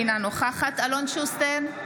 אינה נוכחת אלון שוסטר,